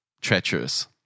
treacherous